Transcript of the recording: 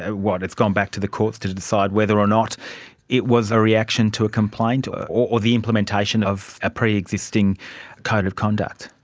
ah what, it's gone back to the courts to to decide whether or not it was a reaction to a complaint or or the implementation of a pre-existing code of conduct?